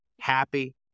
Happy